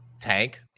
tank